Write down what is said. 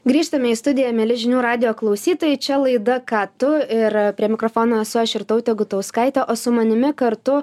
grįžtame į studiją mieli žinių radijo klausytojai čia laida ką tu ir prie mikrofono esu aš irtautė gutauskaitė o su manimi kartu